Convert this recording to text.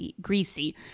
greasy